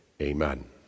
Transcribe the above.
Amen